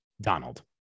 Donald